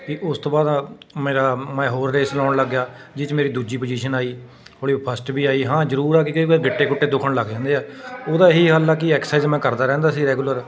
ਵੀ ਉਸ ਤੋਂ ਬਾਅਦ ਮੇਰਾ ਮੈਂ ਹੋਰ ਰੇਸ ਲਗਾਉਣ ਲੱਗ ਗਿਆ ਜਿਸ 'ਚ ਮੇਰੀ ਦੂਜੀ ਪੁਜ਼ੀਸ਼ਨ ਆਈ ਫਸਟ ਵੀ ਆਈ ਹਾਂ ਜ਼ਰੂਰ ਆ ਕਿਉਂਕਿ ਗਿੱਟੇ ਗੁੱਟੇ ਦੁੱਖਣ ਲੱਗ ਜਾਂਦੇ ਆ ਉਹਦਾ ਇਹ ਹੀ ਹੱਲ ਆ ਕਿ ਐਕਸਰਸਾਈਜ਼ ਮੈਂ ਕਰਦਾ ਰਹਿੰਦਾ ਸੀ ਰੈਗੂਲਰ